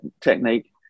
technique